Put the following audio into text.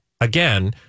again